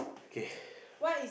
okay